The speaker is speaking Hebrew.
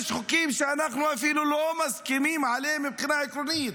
יש חוקים שאנחנו אפילו לא מסכימים עליהם מבחינה עקרונית,